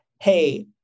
hey